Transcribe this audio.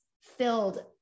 filled